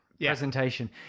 Presentation